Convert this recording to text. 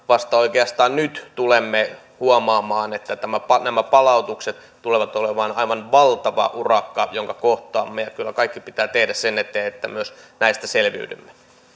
vasta oikeastaan nyt tulemme huomaamaan että nämä palautukset tulevat olemaan aivan valtava urakka jonka kohtaamme ja kyllä kaikki pitää tehdä sen eteen että myös näistä selviydymme